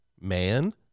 man